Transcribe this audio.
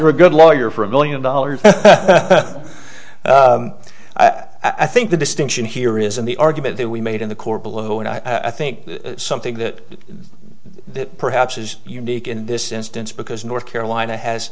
for a good lawyer for a million dollars i think the distinction here is in the argument that we made in the court below and i think some think that this perhaps is unique in this instance because north carolina has